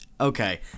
Okay